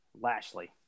Lashley